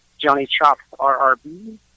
JohnnyChopsRRB